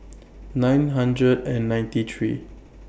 nine hundred and ninety three